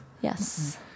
Yes